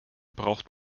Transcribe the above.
braucht